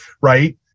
right